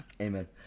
Amen